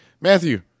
Matthew